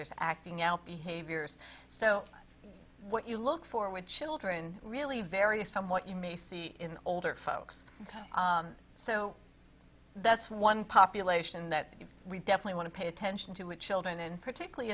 there's acting out behaviors so what you look for with children really varies somewhat you may see in older folks so that's one population that we definitely want to pay attention to which children and particularly